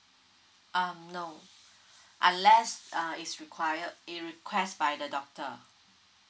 um no unless err it's required it request by the doctor